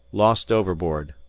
lost overboard.